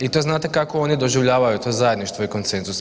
I to znate kako oni doživljavaju to zajedništvo i konsenzus?